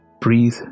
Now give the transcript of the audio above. breathe